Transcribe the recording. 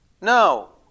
No